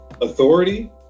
authority